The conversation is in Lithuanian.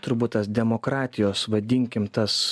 turbūt tas demokratijos vadinkim tas